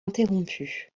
interrompu